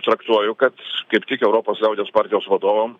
traktuoju kad kaip tik europos liaudies partijos vadovam